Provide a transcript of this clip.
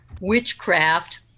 witchcraft